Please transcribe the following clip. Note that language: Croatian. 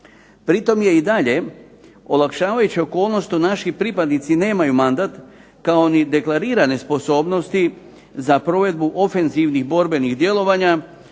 Pri tom je i dalje olakšavajuća okolnost što naši pripadnici nemaju mandat, kao ni deklarirane sposobnosti za provedbu ofenzivnih borbenih djelovanja,